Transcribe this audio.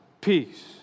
Peace